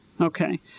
Okay